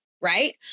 right